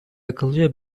akıllıca